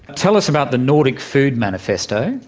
tell us about the nordic food manifesto,